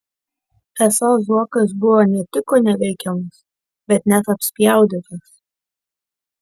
esą zuokas buvo ne tik koneveikiamas bet net apspjaudytas